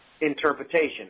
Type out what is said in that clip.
interpretation